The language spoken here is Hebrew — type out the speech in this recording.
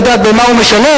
כדי לדעת במה הוא משלם.